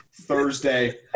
Thursday